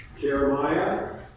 Jeremiah